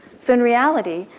so in reality,